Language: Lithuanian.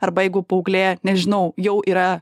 arba jeigu paauglė nežinau jau yra